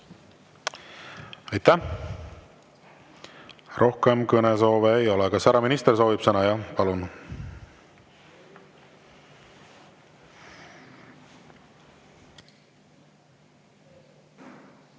Aitäh! Rohkem kõnesoove ei ole. Kas härra minister soovib sõna? Palun!